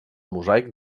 mosaic